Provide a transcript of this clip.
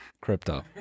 crypto